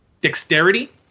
dexterity